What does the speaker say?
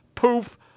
Poof